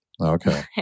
Okay